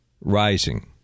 rising